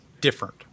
different